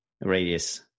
radius